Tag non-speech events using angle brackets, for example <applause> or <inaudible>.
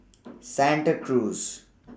<noise> Santa Cruz